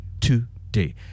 today